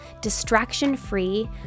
distraction-free